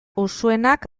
usuenak